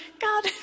God